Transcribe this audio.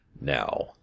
Now